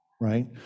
Right